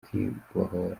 kwibohora